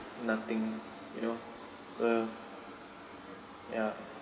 nothing you know so ya